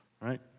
right